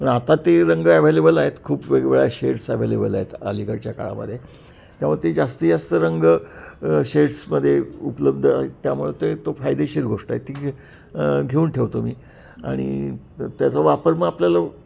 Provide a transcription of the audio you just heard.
पण आता ते रंग ॲवेलेबल आहेत खूप वेगवेगळ्या शेड्स ॲवेलेबल आहेत अलीकडच्या काळामध्ये त्यामुळं ते जास्ती जास्त रंग शेड्समध्ये उपलब्ध आहेत त्यामुळं ते तो फायदेशीर गोष्ट आहे ती घेऊन ठेवतो मी आणि त्याचा वापर मग आपल्याला